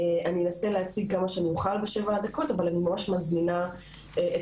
אני אנסה להציג כמה שאני אוכל בשבע דקות אבל אני מזמינה את